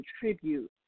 contribute